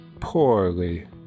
poorly